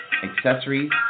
accessories